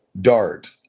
dart